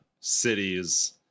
Cities